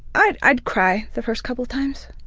i'd i'd cry the first couple times.